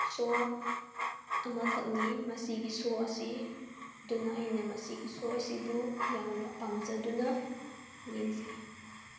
ꯁꯣ ꯑꯃꯈꯛꯅꯤ ꯃꯁꯤꯒꯤ ꯁꯣ ꯑꯁꯤ ꯑꯗꯨꯅ ꯑꯩꯅ ꯃꯁꯤꯒꯤ ꯁꯣ ꯑꯁꯤꯕꯨ ꯌꯥꯝꯅ ꯄꯥꯝꯖꯗꯨꯅ ꯌꯦꯡꯖꯩ